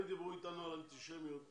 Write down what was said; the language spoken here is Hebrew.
הם דיברו אתנו על אנטישמיות וכולי.